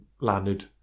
landed